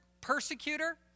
persecutor